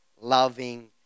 loving